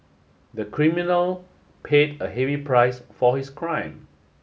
the criminal paid a heavy price for his crime